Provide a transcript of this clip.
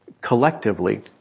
collectively